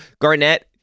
Garnett